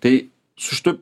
tai su šituo